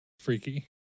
freaky